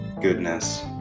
goodness